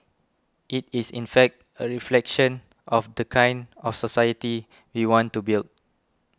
it is in fact a reflection of the kind of society we want to build